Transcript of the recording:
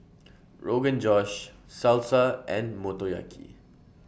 Rogan Josh Salsa and Motoyaki